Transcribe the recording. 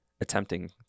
attempting